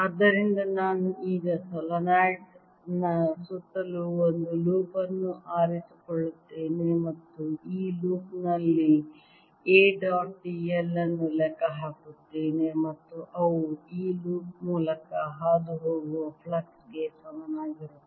ಆದ್ದರಿಂದ ನಾನು ಈಗ ಸೊಲೆನಾಯ್ಡ್ ನ ಸುತ್ತಲೂ ಒಂದು ಲೂಪ್ ಅನ್ನು ಆರಿಸಿಕೊಳ್ಳುತ್ತೇನೆ ಮತ್ತು ಈ ಲೂಪ್ ನಲ್ಲಿ A ಡಾಟ್ d l ಅನ್ನು ಲೆಕ್ಕ ಹಾಕುತ್ತೇನೆ ಮತ್ತು ಅವು ಈ ಲೂಪ್ ಮೂಲಕ ಹಾದುಹೋಗುವ ಫ್ಲಕ್ಸ್ ಗೆ ಸಮನಾಗಿರಬೇಕು